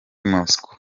moscou